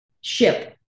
ship